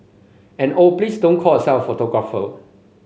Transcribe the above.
and oh please don't call yourself a photographer